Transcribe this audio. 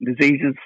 diseases